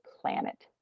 planet